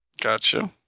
Gotcha